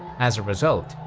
as a result,